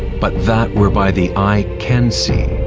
but that whereby the eye can see.